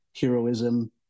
heroism